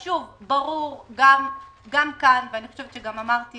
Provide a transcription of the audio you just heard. גם כאן ברור, ואמרתי